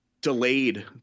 delayed